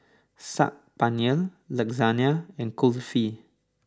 Saag Paneer Lasagna and Kulfi